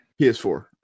PS4